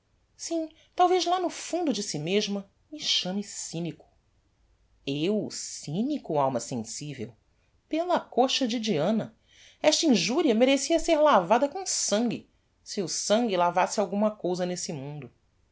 sim talvez lá no fundo de si mesma me chame cynico eu cynico alma sensivel pela coxa de diana esta injuria merecia ser lavada com sangue se o sangue lavasse alguma cousa nesse mundo